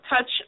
touch